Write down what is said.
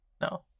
no